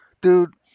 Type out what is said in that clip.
dude